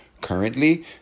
Currently